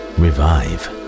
revive